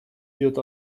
идет